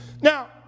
Now